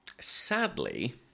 Sadly